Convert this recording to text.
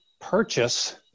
purchase